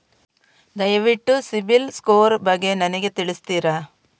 ದಯವಿಟ್ಟು ಸಿಬಿಲ್ ಸ್ಕೋರ್ ಬಗ್ಗೆ ನನಗೆ ತಿಳಿಸ್ತಿರಾ?